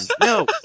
No